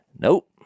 Nope